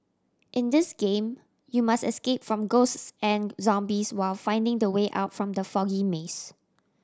in this game you must escape from ghosts and zombies while finding the way out from the foggy maze